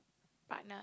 partner